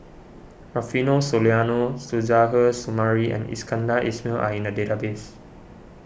Rufino Soliano Suzairhe Sumari and Iskandar Ismail are in the database